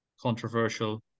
controversial